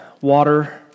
water